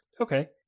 Okay